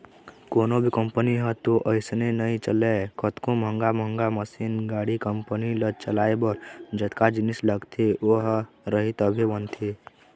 कोनो भी कंपनी ह तो अइसने नइ चलय कतको महंगा महंगा मसीन, गाड़ी, कंपनी ल चलाए बर जतका जिनिस लगथे ओ ह रही तभे बनथे